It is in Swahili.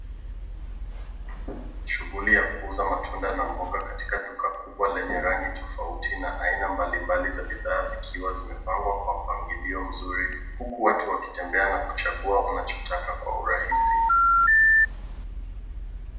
Shughuli ya kuuza matunda na mboga katika duka kubwa lenye rangi tofauti na aina mbalimbali za bidhaa zikiwa zimepangwa kwa mpangilio mzuri, huku watu wakitembea na kuchagua wanachotaka kwa urahisi.